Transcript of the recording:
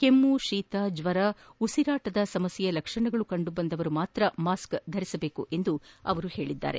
ಕೆಮ್ಲು ಶೀತ ಜ್ವರ ಉಸಿರಾಟದ ಸಮಸ್ಥೆಯ ಲಕ್ಷಣಗಳು ಕಂಡುಬಂದವರು ಮಾತ್ರ ಮಾಸ್ಕ್ ಧರಿಸಬೇಕು ಎಂದು ಅವರು ತಿಳಿಸಿದ್ದಾರೆ